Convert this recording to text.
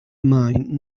mine